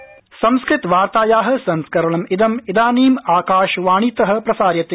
विराम संस्कृतवार्ताया संस्करणमिदं इदानीं आकाशवाणीत प्रसार्यते